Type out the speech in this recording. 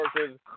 versus